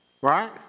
Right